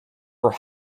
for